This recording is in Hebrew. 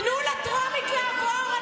תנו לטרומית לעבור.